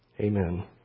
amen